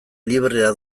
librea